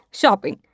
shopping